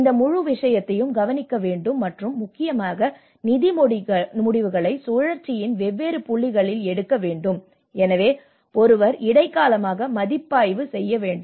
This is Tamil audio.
இந்த முழு விஷயத்தையும் கவனிக்க வேண்டும் மற்றும் முக்கியமாக நிதி முடிவுகளை சுழற்சியின் வெவ்வேறு புள்ளிகளில் எடுக்க வேண்டும் எனவே ஒருவர் இடைக்காலமாக மதிப்பாய்வு செய்ய வேண்டும்